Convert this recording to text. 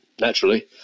naturally